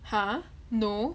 !huh! no